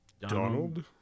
Donald